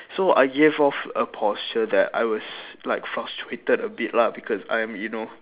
so I gave off a posture that I was like frustrated a bit lah because I am you know